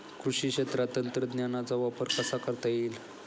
कृषी क्षेत्रात तंत्रज्ञानाचा वापर कसा करता येईल?